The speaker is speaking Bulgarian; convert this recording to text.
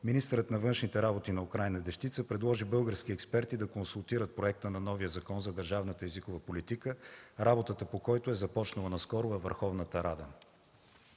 министърът на външните работи на Украйна Дешчица предложи български експерти да консултират проекта на новия Закон за държавната езикова политика, работата по който е започнала наскоро във Върховната рада.